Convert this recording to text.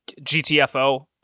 GTFO